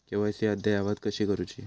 KYC अद्ययावत कशी करुची?